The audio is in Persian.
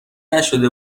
نشده